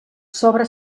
sobra